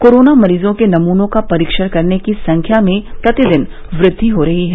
corona मरीजों के नमूनों का परीक्षण करने की संख्या में प्रतिदिन वृद्वि हो रही है